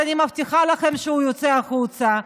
אז אני מבטיחה לכם שהם יצאו החוצה.